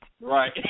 Right